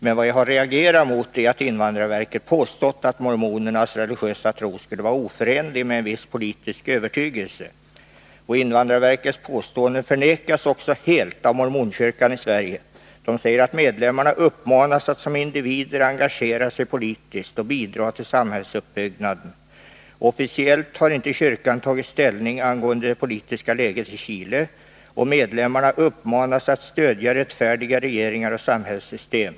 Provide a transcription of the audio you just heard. Men jag har reagerat mot att invandrarverket påstått att mormonernas religiösa tro skulle vara oförenlig med en viss politisk övertygelse. Invandrarverkets påstående förnekas också helt av mormonkyrkan i Sverige, som säger att medlemmarna uppmanas att som individer engagera sig politiskt och bidra till samhällsuppbyggnaden. Officiellt har inte kyrkan tagit ställning angående det politiska läget i Chile, och medlemmarna uppmanas att stödja rättfärdiga regeringar och samhällssystem.